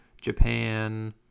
Japan